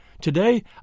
Today